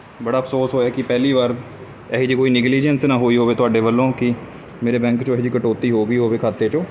ਬੜਾ ਅਫਸੋਸ ਹੋਇਆ ਕਿ ਪਹਿਲੀ ਵਾਰ ਇਹੋ ਜਿਹੀ ਕੋਈ ਨਿਗਲੀਜੈਂਸ ਨਾ ਹੋਈ ਹੋਵੇ ਤੁਹਾਡੇ ਵੱਲੋਂ ਕਿ ਮੇਰੇ ਬੈਂਕ 'ਚੋਂ ਇਹੋ ਜਿਹੀ ਕਟੌਤੀ ਹੋ ਗਈ ਹੋਵੇ ਖਾਤੇ 'ਚੋਂ